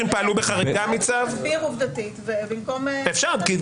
אולי נסביר עובדתית במקום לנהל ויכוח.